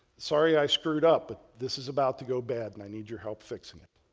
sorry, i screwed up but this is about to go bad and i need your help fixing it.